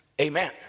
Amen